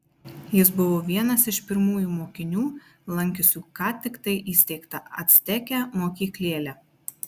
jis buvo vienas iš pirmųjų mokinių lankiusių ką tiktai įsteigtą acteke mokyklėlę